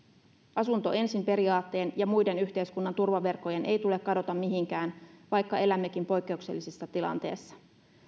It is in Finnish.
asunto ensin periaatteen ja muiden yhteiskunnan turvaverkkojen ei tule kadota mihinkään vaikka elämmekin poikkeuksellisessa tilanteessa